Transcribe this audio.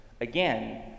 again